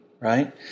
right